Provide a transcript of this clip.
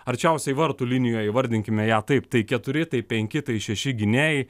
arčiausiai vartų linijoje įvardinkime ją taip tai keturi tai penki tai šeši gynėjai